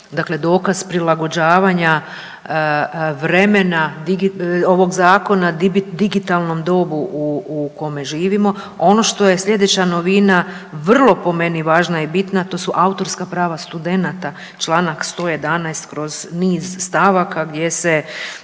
to je dokaz prilagođavanja vremena ovog zakona, digitalnom dobu u kome živimo. Ono što je slijedeća novina, vrlo po meni važna i bitna, to su autorska prava studenata, čl. 111 kroz niz stavaka gdje se